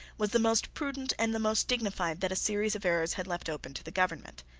was the most prudent and the most dignified that a series of errors had left open to the government.